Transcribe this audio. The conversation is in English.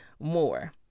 more